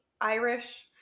Irish